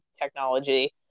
technology